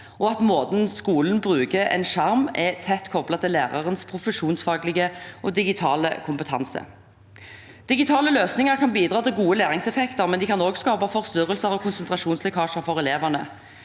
og at måten skolen bruker skjermene på, er tett koblet til lærernes profesjonsfaglige og digitale kompetanse. Digitale løsninger kan bidra til gode læringseffekter, men de kan også skape forstyrrelser og konsentrasjonslekkasjer for elevene.